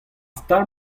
stal